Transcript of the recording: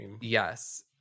yes